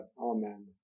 Amen